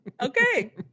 Okay